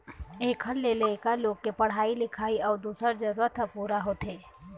एखर ले लइका लोग के पढ़ाई लिखाई अउ दूसर जरूरत ह पूरा होथे